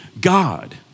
God